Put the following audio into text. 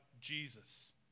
Jesus